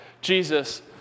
Jesus